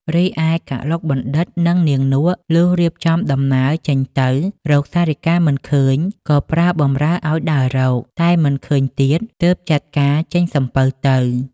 រីឯកឡុកបណ្ឌិត និងនាងនក់ លុះរៀបចំដំណើរចេញទៅ រកសារិកាមិនឃើញក៏ប្រើបម្រើឲ្យដើររក តែមិនឃើញទៀត ទើបចាត់ការចេញសំពៅទៅ ។